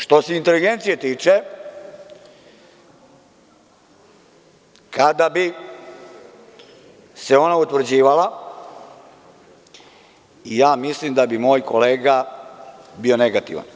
Što se inteligencije tiče, kada bi se ona utvrđivala, ja mislim da bi moj kolega bio negativan.